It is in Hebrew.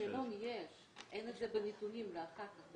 בשאלון יש, אין את זה בנתונים ואחר כך.